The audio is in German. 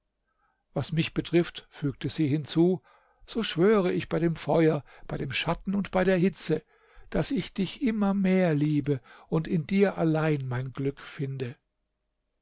was mich betrifft fügte sie hinzu so schwöre ich bei dem feuer bei dem schatten und bei der hitze daß ich dich immer mehr liebe und in dir allein mein glück finde